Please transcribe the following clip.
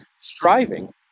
striving